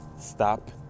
stop